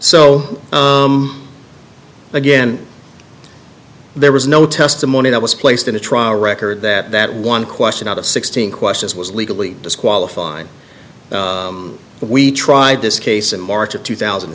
so again there was no testimony that was placed in a trial record that that one question out of sixteen questions was legally disqualified we tried this case in march of two thousand